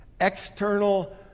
External